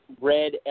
red